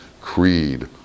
creed